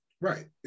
Right